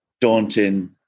daunting